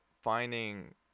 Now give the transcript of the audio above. finding